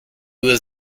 was